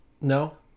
no